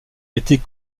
était